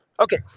Okay